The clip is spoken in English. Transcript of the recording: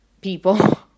people